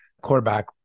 quarterback